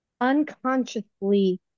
unconsciously